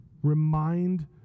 Remind